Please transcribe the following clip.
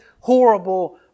horrible